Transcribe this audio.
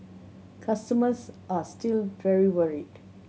customers are still very worried